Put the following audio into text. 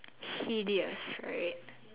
hideous right